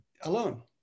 alone